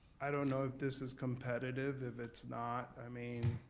i don't know if this is competitive if it's not. i mean